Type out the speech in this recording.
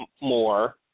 more